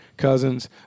Cousins